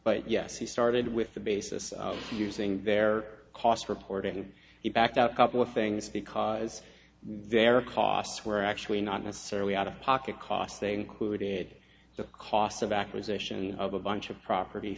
but yes he started with the basis of using their cost reporting he backed out a couple of things because their costs were actually not necessarily out of pocket costs they included the cost of acquisition of a bunch of property